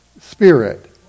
spirit